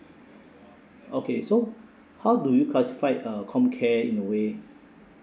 okay so how do you classified uh com care in a way